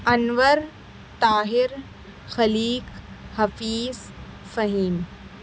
Anwar Tahir Khaliq Hafeez Fahim